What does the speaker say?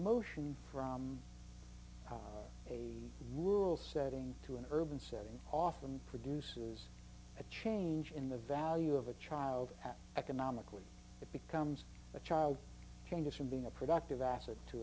motion from a rural setting to an urban setting off them produces a change in the value of a child that economically it becomes a child changes from being a productive asset to